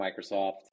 Microsoft